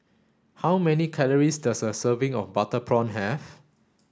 how many calories does a serving of butter prawn have